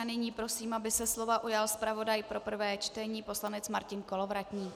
A nyní prosím, aby se slova ujal zpravodaj pro prvé čtení poslanec Martin Kolovratník.